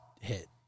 hit